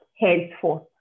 henceforth